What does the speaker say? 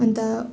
अन्त